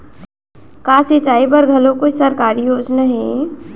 का सिंचाई बर घलो कोई सरकारी योजना हे?